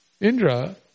Indra